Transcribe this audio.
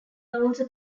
also